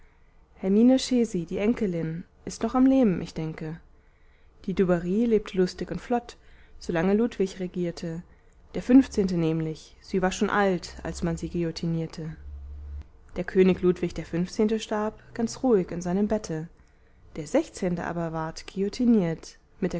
die enkelin ist noch am leben ich denke die dubarry lebte lustig und flott solange ludwig regierte der fünfzehnte nämlich sie war schon alt als man sie guillotinierte der könig ludwig der fünfzehnte starb ganz ruhig in seinem bette der sechzehnte aber ward guillotiniert mit